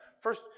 First